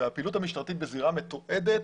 הפעילות המשטרתית בזירה מתועדת